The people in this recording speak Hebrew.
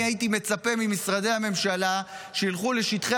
אני הייתי מצפה ממשרדי הממשלה שילכו לשטחי